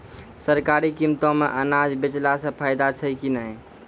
सरकारी कीमतों मे अनाज बेचला से फायदा छै कि नैय?